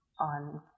on